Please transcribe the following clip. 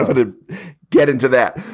ah but to get into that.